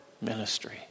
ministry